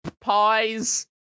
pies